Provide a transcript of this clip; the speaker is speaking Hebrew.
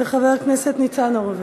וחבר הכנסת ניצן הורוביץ.